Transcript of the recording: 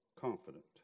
confident